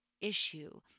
issue